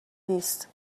نیست